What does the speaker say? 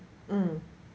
mm